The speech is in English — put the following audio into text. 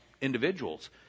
individuals